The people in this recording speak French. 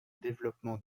développement